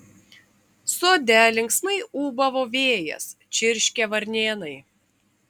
sode linksmai ūbavo vėjas čirškė varnėnai